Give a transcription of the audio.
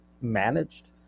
managed